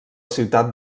ciutat